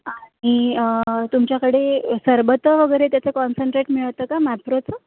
आणि तुमच्याकडे सरबतं वगैरे त्याचं कॉन्सन्ट्रेट मिळतं का मॅप्रोचं